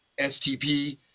STP